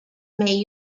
may